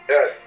Yes